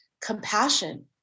compassion